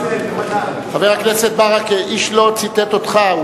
חבר הכנסת ברכה, איש לא ציטט אותך.